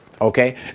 Okay